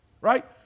right